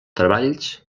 treballs